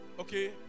Okay